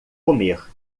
comer